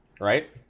Right